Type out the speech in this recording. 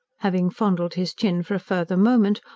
having fondled his chin for a further moment,